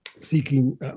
Seeking